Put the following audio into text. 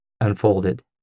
unfolded